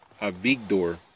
Avigdor